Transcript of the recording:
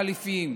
חליפיים,